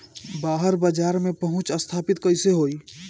बाहर बाजार में पहुंच स्थापित कैसे होई?